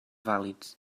vàlids